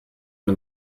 dem